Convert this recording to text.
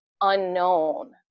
unknown